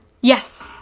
Yes